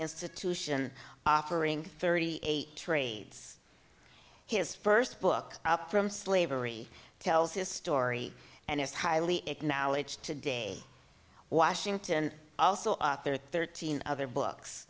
institution offering thirty eight trades his first book up from slavery tells his story and his highly acknowledged to day washington also author thirteen other books